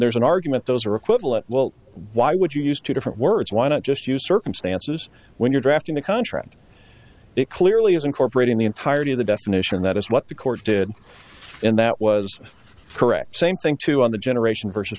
there's an argument those are equivalent well why would you use two different words why not just use circumstances when drafting the contract it clearly is incorporating the entirety of the definition that is what the court did and that was correct same thing too on the generation versus